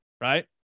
right